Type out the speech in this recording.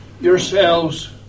yourselves